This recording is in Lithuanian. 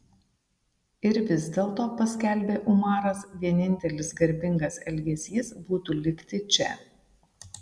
ir vis dėlto paskelbė umaras vienintelis garbingas elgesys būtų likti čia